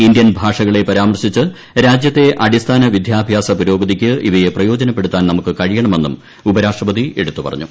Indian ഭാഷകളെ പരാമർശിച്ച് രാജ്യത്തെ അടിസ്ഥാന വിദ്യാഭ്യാസ പുരോഗതിക്ക് ഇവയെ ക്രിയോജനപ്പെടുത്താൻ നമുക്ക് കഴിയണമെന്നും ഉപരാഷ്ട്രപതി എടുത്തു പ്റഞ്ഞു